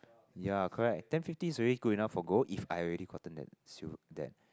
yea correct ten fifty is already good enough for if I already gotten that that